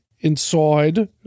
inside